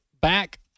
back